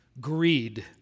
greed